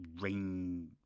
rain